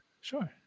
sure